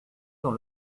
dans